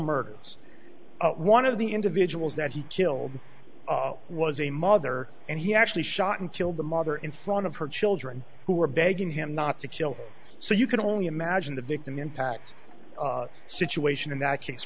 murders one of the individuals that he killed was a mother and he actually shot and killed the mother in front of her children who were begging him not to kill so you can only imagine the victim impact situation in that case